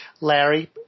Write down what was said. Larry